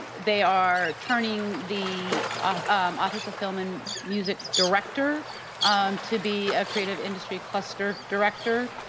they are turning the ah um office of film and music director to be a creative industry cluster director,